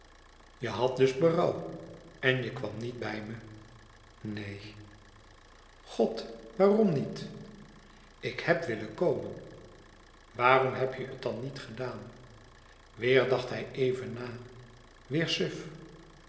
je hadt dus berouw en je kwam niet bij me neen god waarom niet ik heb willen komen waarom heb je het dan niet gedaan weêr dacht hij even na weêr suf